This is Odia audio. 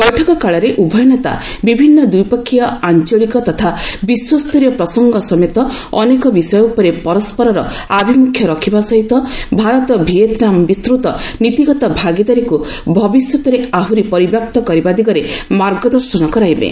ବୈଠକ କାଳରେ ଉଭୟ ନେତା ବିଭିନ୍ନ ଦ୍ୱିପକ୍ଷୀୟ ଆଞ୍ଚଳିକ ତଥା ବିଶ୍ୱସ୍ତରୀୟ ପ୍ରସଙ୍ଗ ସମେତ ଅନେକ ବିଷୟ ଉପରେ ପରସ୍କରର ଆଭିମୁଖ୍ୟ ରଖିବା ସହିତ ଭାରତ ଭିଏତ୍ନାମ୍ ବିସ୍ତୃତ ନୀତିଗତ ଭାଗିଦାରୀକୁ ଭବିଷ୍ୟତରେ ଆହୁରି ପରିବ୍ୟାପ୍ତ କରିବା ଦିଗରେ ମାର୍ଗଦର୍ଶନ କରାଇବେ